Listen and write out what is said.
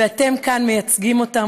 ואתם שכאן מייצגים אותם,